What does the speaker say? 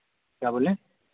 क्या बोलें